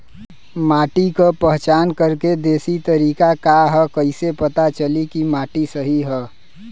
माटी क पहचान करके देशी तरीका का ह कईसे पता चली कि माटी सही ह?